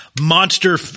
Monster